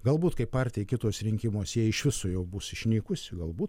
galbūt kaip partija kituos rinkimuos jie iš viso jau bus išnykusi galbūt